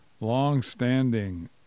long-standing